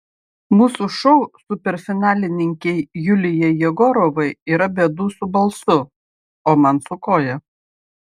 mūsų šou superfinalininkei julijai jegorovai yra bėdų su balsu o man su koja